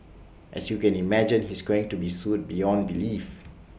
as you can imagine he's going to be sued beyond belief